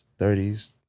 30s